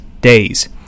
days